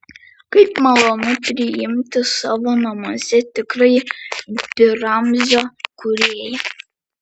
kaip malonu priimti savo namuose tikrąjį pi ramzio kūrėją